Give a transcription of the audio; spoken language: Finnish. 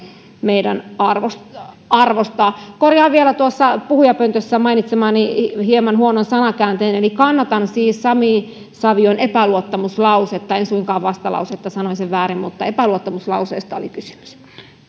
meidän arvostaa arvostaa korjaan vielä tuossa puhujapöntössä mainitsemani hieman huonon sanakäänteen eli kannatan siis sami savion epäluottamuslausetta en suinkaan vastalausetta sanoin sen väärin mutta epäluottamuslauseesta oli kysymys